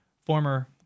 former